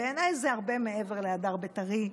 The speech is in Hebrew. בעיניי זה הרבה מעבר להדר בית"רי,